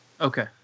okay